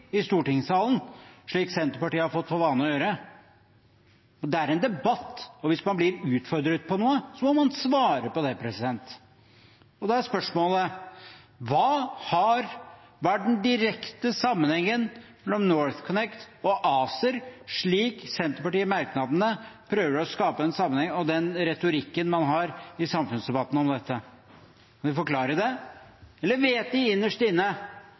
i stortingssalen, slik Senterpartiet har fått for vane å gjøre. Dette er en debatt, og hvis man blir utfordret på noe, må man svare på det. Da er spørsmålet: Hva er den direkte sammenhengen mellom NorthConnect og ACER, slik Senterpartiet prøver å skape en sammenheng i merknadene og i den retorikken man har om dette i samfunnsdebatten? Kan de forklare det? Eller vet de